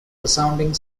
resounding